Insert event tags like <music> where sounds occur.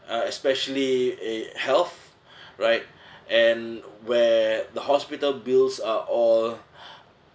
uh especially a health <breath> right and where the hospital bills are all <breath>